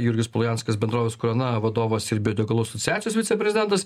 jurgis polujanskas bendrovės krona vadovas ir biodegalų asociacijos viceprezidentas